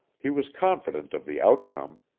he was confident of the outcome,